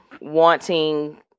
wanting